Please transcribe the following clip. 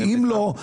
אם לא,